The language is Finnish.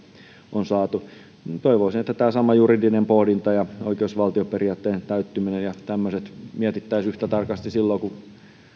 on saatu toivoisin että tämä sama juridinen pohdinta ja oikeusvaltioperiaatteen täyttyminen ja tämmöiset mietittäisiin yhtä tarkasti silloin kun